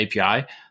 API